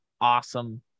awesome